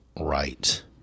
Right